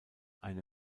eine